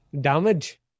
damage